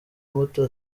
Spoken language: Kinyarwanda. imbuto